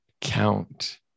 count